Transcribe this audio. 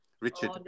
Richard